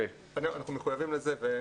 אנחנו מחוייבים לזה.